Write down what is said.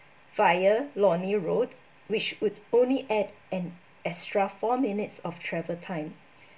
via lornie road which would only add an extra four minutes of travel time